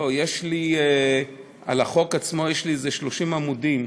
לא, על החוק עצמו יש לי איזה 30 עמודים,